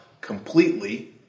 completely